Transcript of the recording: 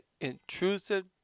intrusive